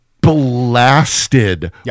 blasted